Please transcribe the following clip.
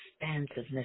expansiveness